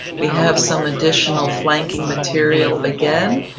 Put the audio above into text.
we have some additional flanking material again.